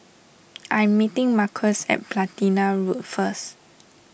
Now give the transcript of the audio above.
I'm meeting Marques at Platina Road first